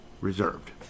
reserved